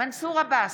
מנסור עבאס,